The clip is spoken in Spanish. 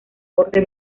borde